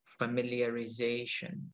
familiarization